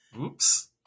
Oops